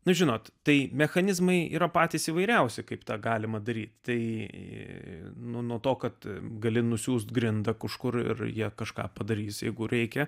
nu žinot tai mechanizmai yra patys įvairiausi kaip tą galima daryti tai nuo to kad gali nusiųsti grindą kažkur ir jie kažką padarys jeigu reikia